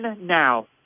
now